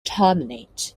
terminate